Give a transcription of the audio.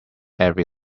every